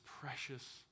precious